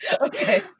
Okay